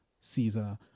Caesar